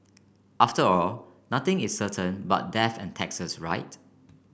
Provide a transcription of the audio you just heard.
after all nothing is certain but death and taxes right